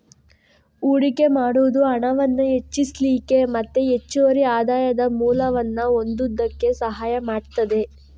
ಹೂಡಿಕೆ ಮಾಡುದು ಹಣವನ್ನ ಹೆಚ್ಚಿಸ್ಲಿಕ್ಕೆ ಮತ್ತೆ ಹೆಚ್ಚುವರಿ ಆದಾಯದ ಮೂಲವನ್ನ ಹೊಂದುದಕ್ಕೆ ಸಹಾಯ ಮಾಡ್ತದೆ